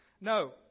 No